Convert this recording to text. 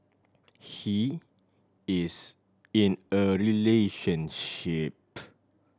he is in a relationship